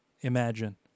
imagine